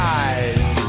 eyes